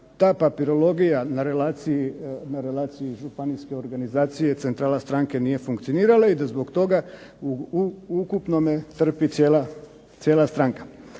ta papirologija na relaciji županijske organizacije centrala stranke nije funkcioniralo i da zbog toga u ukupnom trpi cijela stranka.